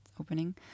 opening